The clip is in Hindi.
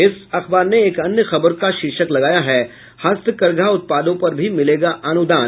इस अखबार ने एक अन्य खबर का शीर्षक लगाया है हस्तकरघा उत्पादों पर भी मिलेगा अनुदान